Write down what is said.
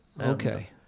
Okay